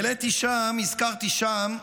הזכרתי שם,